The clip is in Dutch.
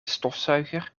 stofzuiger